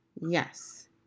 Yes